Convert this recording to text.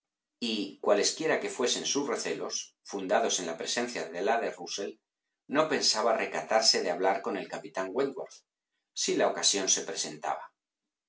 y cualesquiera que fuesen sus recelos fundados en la presencia de la de rusell no pensaba recatarse de hablar con el capitán wentworth si la ocasión se presentaba